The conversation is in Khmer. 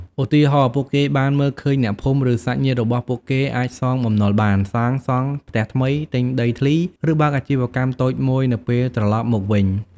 ឧទាហរណ៍ ពួកគេបានឃើញអ្នកភូមិ ឬសាច់ញាតិរបស់ពួកគេអាចសងបំណុលបាន សាងសង់ផ្ទះថ្មី ទិញដីធ្លី ឬបើកអាជីវកម្មតូចមួយនៅពេលត្រឡប់មកវិញ។